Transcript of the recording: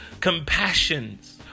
Compassions